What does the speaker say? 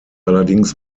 allerdings